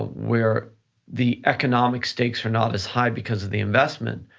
where the economic stakes are not as high because of the investment.